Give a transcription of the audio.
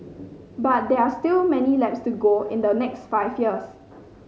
but there are still many laps to go in the next five years